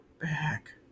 back